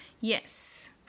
yes